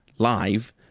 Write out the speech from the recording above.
live